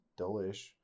delish